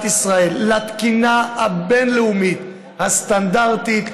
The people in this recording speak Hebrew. ישראל לתקינה הבין-לאומית הסטנדרטית,